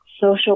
social